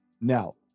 Now